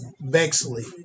Bexley